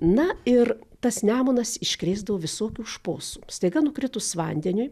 na ir tas nemunas iškrėsdavo visokių šposų staiga nukritus vandeniui